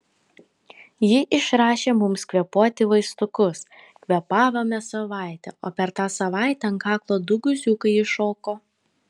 ji išrašė mums kvėpuoti vaistukus kvėpavome savaitę o per tą savaitę ant kaklo du guziukai iššoko